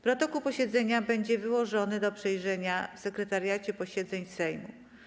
Protokół posiedzenia będzie wyłożony do przejrzenia w Sekretariacie Posiedzeń Sejmu.